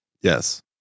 Yes